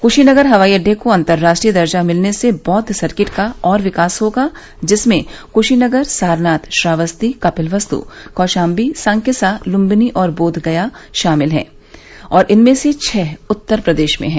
कुशीनगर हवाई अड्डे को अंतरराष्ट्रीय दर्जा मिलने से बौद्ध सर्किट का और विकास होगा जिसमें कुशीनगर सारनाथ श्रावस्ती कपिलवस्तु कौशाम्बी संकिसा लुम्बिनी और बोध गया शामिल हैं और इनमें से छः उत्तर प्रदेश में हैं